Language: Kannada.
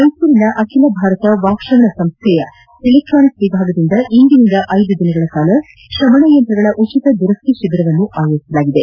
ಮೈಸೂರಿನ ಅಖಿಲ ಭಾರತ ವಾಕ್ ತ್ರವಣ ಸಂಸ್ಥೆಯ ಎಲೆಕ್ಟಾನಿಕ್ಸ್ ವಿಭಾಗದಿಂದ ಇಂದಿನಿಂದ ಐದು ದಿನಗಳ ಕಾಲ ತ್ರವಣಯಂತ್ರಗಳ ಉಚಿತ ದುರಕ್ತಿ ಶಿಬಿರವನ್ನು ಆಯೋಜಿಸಿದೆ